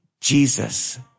Jesus